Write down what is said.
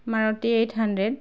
Maruti eight hundred